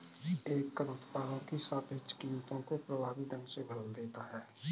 एक कर उत्पादों की सापेक्ष कीमतों को प्रभावी ढंग से बदल देता है